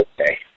okay